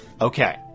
Okay